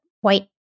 white